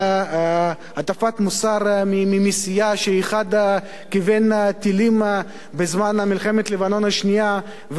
הטפת מוסר מסיעה שאחד מחבריה כיוון טילים בזמן מלחמת לבנון השנייה,